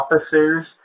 officers